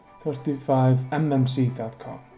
35mmc.com